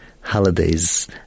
holidays